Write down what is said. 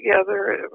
together